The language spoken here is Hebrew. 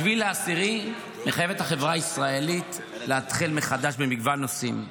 7 באוקטובר מחייב את החברה הישראלית לאתחל מחדש במגוון נושאים.